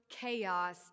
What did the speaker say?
chaos